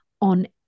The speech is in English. on